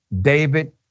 David